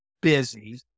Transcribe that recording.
busy